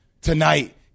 tonight